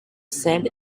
sel